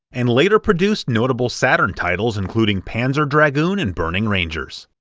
and later produced notable saturn titles including panzer dragoon and burning rangers.